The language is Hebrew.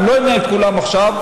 אני לא אמנה את כולם עכשיו,